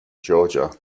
georgia